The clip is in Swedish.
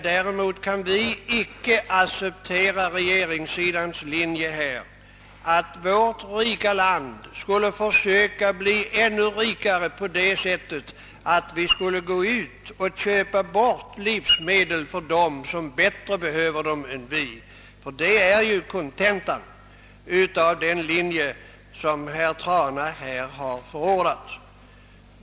Däremot kan vi icke acceptera regeringssidans linje att vårt rika land skul 1e försöka bli ännu rikare genom att vi skulle köpa de livsmedel som andra bättre behöver. Det är ju kontentan av den linje som herr Trana har förordat.